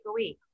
takeaway